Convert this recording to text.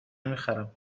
میخرم